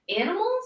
Animals